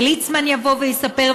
וליצמן יבוא ויספר,